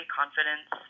confidence